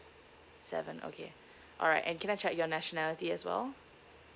seven okay alright and can I check your nationality as well